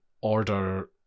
order